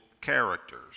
characters